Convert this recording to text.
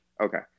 Okay